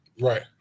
Right